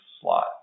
slot